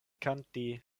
kanti